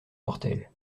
mortels